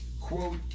quote